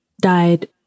died